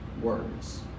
words